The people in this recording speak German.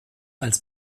als